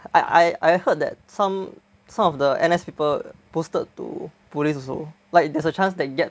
I I heard that some some of the N_S people posted to police also like there's a chance they get